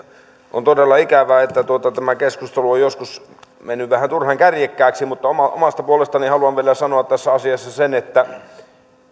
on todella ikävää että tämä keskustelu on joskus mennyt vähän turhan kärjekkääksi mutta omasta puolestani haluan vielä sanoa tässä asiassa sen